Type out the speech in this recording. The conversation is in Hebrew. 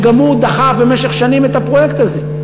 שגם הוא דחף במשך שנים את הפרויקט הזה.